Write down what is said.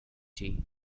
tea